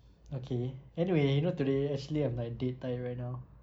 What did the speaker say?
okay anyway you know today actually I'm like dead tired right now